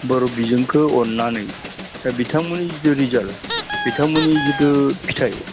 बर' बिजोंखौ अननानै दा बिथांमोननि जिथु रिजाल्ट बिथांमोननि जितु फिथाइ